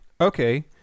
okay